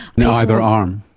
yeah either arm?